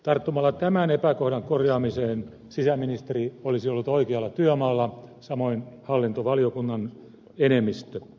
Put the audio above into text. tarttumalla tämän epäkohdan korjaamiseen sisäministeri olisi ollut oikealla työmaalla samoin hallintovaliokunnan enemmistö